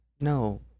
No